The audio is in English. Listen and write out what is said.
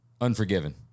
Unforgiven